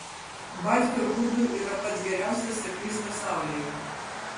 batka gudų yra pats geriausias seklys pasaulyje